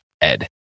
ed